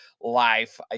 life